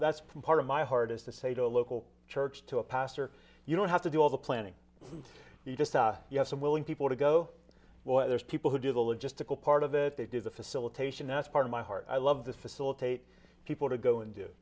that's part of my heart is to say to a local church to a pastor you don't have to do all the planning you just have some willing people to go well there's people who do the logistical part of it they do the facilitation that's part of my heart i love this facilitate people to go and do